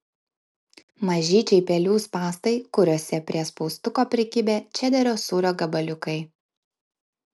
mažyčiai pelių spąstai kuriuose prie spaustuko prikibę čederio sūrio gabaliukai